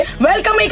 Welcome